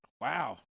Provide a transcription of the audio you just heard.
wow